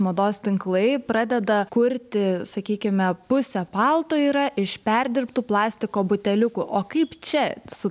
mados tinklai pradeda kurti sakykime pusę palto yra iš perdirbtų plastiko buteliukų o kaip čia su